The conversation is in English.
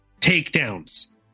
takedowns